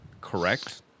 correct